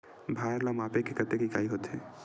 भार ला मापे के कतेक इकाई होथे?